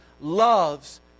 loves